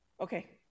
Okay